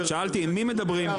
הסעיף מפנה למועדים שקבועים בסעיף,